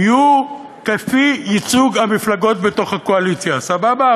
יהיו כפי ייצוג המפלגות בתוך הקואליציה, סבבה?